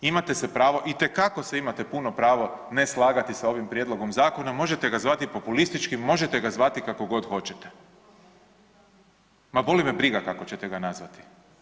Imate se pravo, itekako se imate puno pravo ne slagati sa ovim prijedlogom zakona, možete ga zvati populističkim, možete ga zvati kako god hoćete, ma boli me briga kako ćete ga nazvati.